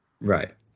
right